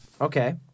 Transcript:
okay